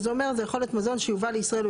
וזה אומר יכול להיות מזון שיובא לישראל או